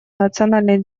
национальный